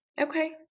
Okay